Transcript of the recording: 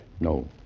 No